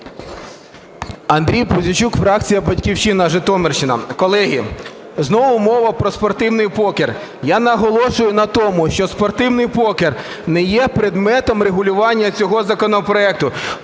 Андрій Пузійчук, фракція "Батьківщина", Житомирщина. Колеги, знову мова про спортивний покер. Я наголошую на тому, що спортивний покер не є предметом регулювання цього законопроекту,